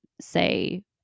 say